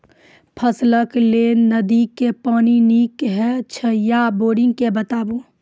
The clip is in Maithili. फसलक लेल नदी के पानि नीक हे छै या बोरिंग के बताऊ?